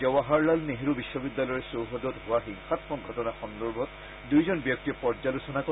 জৱাহৰলাল নেহৰু বিশ্ববিদ্যালয় চৌহদত হোৱা হিংসামক ঘটনা সন্দৰ্ভত দুয়োজন ব্যক্তিয়ে পৰ্যালোচনা কৰে